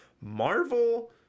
Marvel